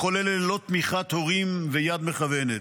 וכל אלה ללא תמיכת הורים ויד מכוונת.